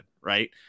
Right